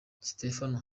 stephen